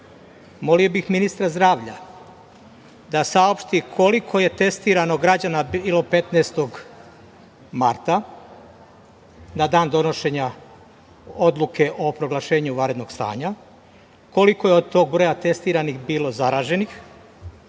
bih ministra zdravlja da saopšti koliko je bilo testirano građana 15. marta na dan donošenje Odluke o proglašenju vanrednog stanja, koliko je od tog broja testiranih bilo zaraženih. Takođe